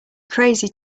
crazy